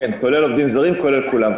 כולל עובדים זרים, כולל כולם.